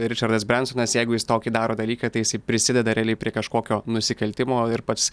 ričardas brensonas jeigu jis tokį daro dalyką tai jisai prisideda realiai prie kažkokio nusikaltimo ir pats